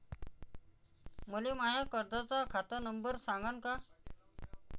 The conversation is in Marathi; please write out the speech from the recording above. मले माया कर्जाचा खात नंबर सांगान का?